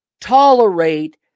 tolerate